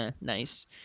Nice